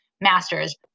Masters